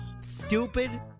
Stupid